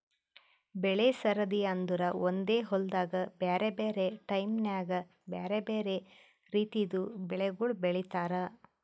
ಬೆಳೆ ಸರದಿ ಅಂದುರ್ ಒಂದೆ ಹೊಲ್ದಾಗ್ ಬ್ಯಾರೆ ಬ್ಯಾರೆ ಟೈಮ್ ನ್ಯಾಗ್ ಬ್ಯಾರೆ ಬ್ಯಾರೆ ರಿತಿದು ಬೆಳಿಗೊಳ್ ಬೆಳೀತಾರ್